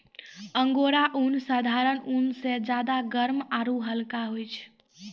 angora ऊन साधारण ऊन स ज्यादा गर्म आरू हल्का होय छै